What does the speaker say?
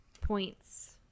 points